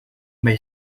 may